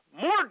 More